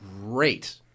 great